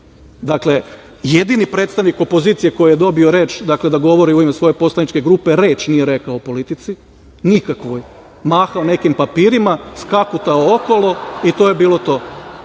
čuti. Dakle, jedini predstavnik opozicije koji je dobio reč da govori u ime svoje poslaničke grupe, reč nije rekao o politici, nikakvoj, mahao nekakvim papirima, skakutao okolo i to je bilo to,